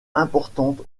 importante